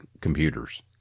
computers